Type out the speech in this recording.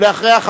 ואחריה,